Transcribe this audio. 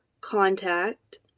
contact